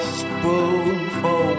spoonful